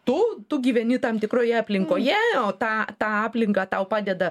tu tu gyveni tam tikroje aplinkoje o tą tą aplinką tau padeda